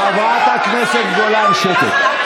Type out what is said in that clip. חברת הכנסת גולן, שקט.